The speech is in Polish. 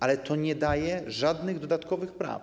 Ale to nie daje żadnych dodatkowych praw.